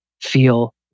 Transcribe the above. feel